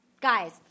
Guys